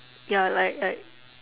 ya like like